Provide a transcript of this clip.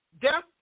death